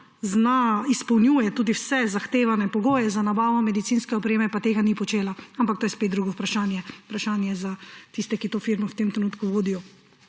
zna, izpolnjuje tudi vse zahtevane pogoje za nabavo medicinske opreme, pa tega ni počela, ampak to je spet drugo vprašanje, vprašanje za tiste, ki to firmo v tem trenutku vodijo.